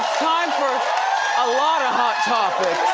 time for of hot topics,